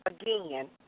again